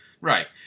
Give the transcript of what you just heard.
Right